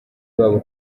babo